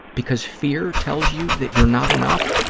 because fear tells you that you're not enough,